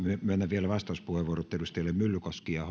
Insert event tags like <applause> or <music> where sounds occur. vielä vastauspuheenvuorot edustajille myllykoski ja <unintelligible>